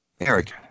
Eric